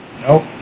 Nope